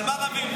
על מה רבים?